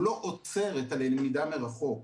הוא לא עוצר את הלמידה מרחוק.